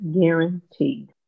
guaranteed